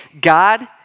God